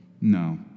No